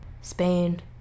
Spain